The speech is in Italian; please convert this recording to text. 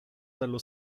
dallo